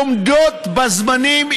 עומדות בזמנים,